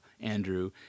Andrew